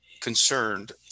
concerned